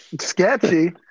Sketchy